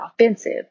offensive